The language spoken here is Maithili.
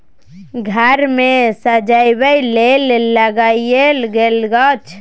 घर मे सजबै लेल लगाएल गेल गाछ